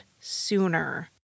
sooner